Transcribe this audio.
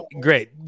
great